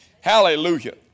Hallelujah